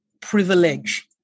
privilege